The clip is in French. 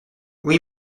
oui